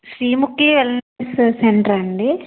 Sreemukhi wellness సెంటరా అండి